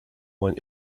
one